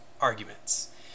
arguments